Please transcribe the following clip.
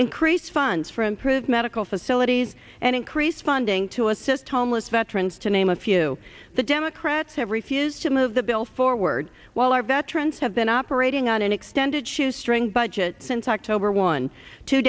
increase funds for improved medical facilities and increase funding to assist homeless veterans to name a few the democrats have refused to move the bill forward while our veterans have been operating on an extended shoestring budget since october one two